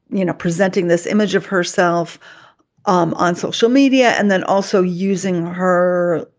you know, presenting this image of herself um on social media and then also using her,